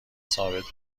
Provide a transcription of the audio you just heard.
ثابت